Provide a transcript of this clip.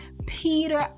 Peter